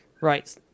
Right